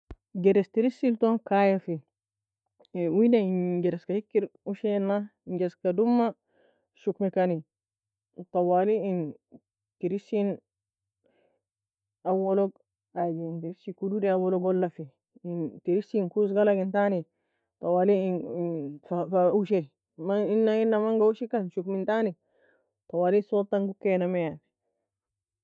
جرسTresie elton kiaya fe wida in جرس ka hker ushir ena? جرس ka doma shokmikani twali tresie nass kodod aow log ula fe en tresie en koze gala intani. Ina mana shokmintani صوت tanga fa okeir namaie